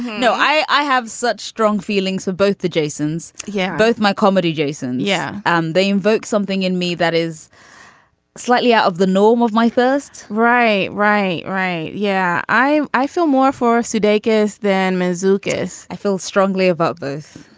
no i i have such strong feelings for both the jasons. yeah. both my comedy jason. yeah and they invoke something in me that is slightly out of the norm of my first right right. right. yeah. i i feel more for sudeikis than ms lucas. i feel strongly about both